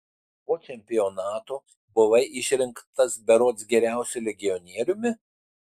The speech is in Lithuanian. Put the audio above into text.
po čempionato buvai išrinktas berods geriausiu legionieriumi